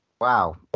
wow